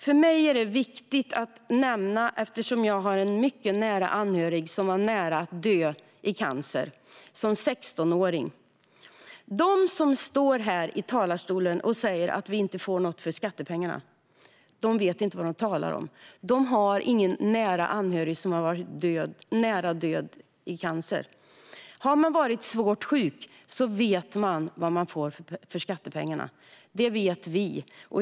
För mig är detta viktigt att nämna eftersom jag har en mycket nära anhörig som var nära att dö i cancer som 16-åring. De som står här i talarstolen och säger att vi inte får något för skattepengarna vet inte vad de talar om. De har ingen nära anhörig som varit nära att dö i cancer. Har man varit svårt sjuk vet man vad man får för skattepengarna. Det vet vi.